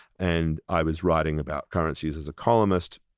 and i was writing about currencies as a columnist,